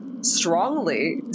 Strongly